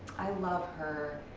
i love her,